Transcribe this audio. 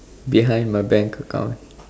behind my bank account